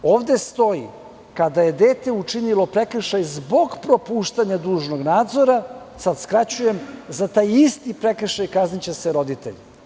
Ovde stoji: "Kada je dete učinilo prekršaj zbog propuštanja dužnog nadzora", sad malo skraćujem, "za taj isti prekršaj kazniće se roditelj"